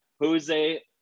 Jose